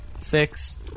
six